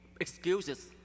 excuses